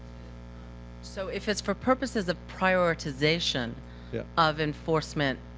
so if it's for purposes of prioritization yeah of enforcement,